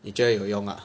你觉得有用 lah